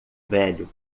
velho